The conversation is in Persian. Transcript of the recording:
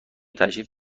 تشریف